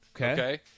Okay